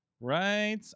Right